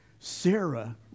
Sarah